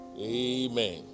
Amen